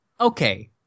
Okay